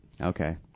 Okay